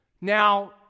Now